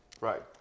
Right